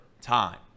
time